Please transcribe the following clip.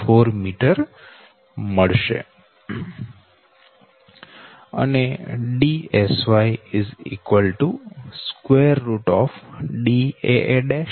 Da'b' 12 0